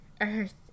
Earth